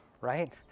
right